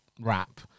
rap